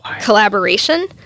collaboration